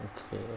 okay